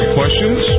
questions